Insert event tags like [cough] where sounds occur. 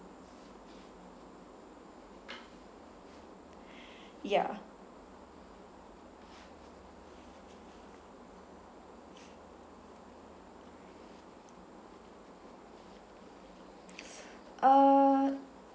[breath] ya uh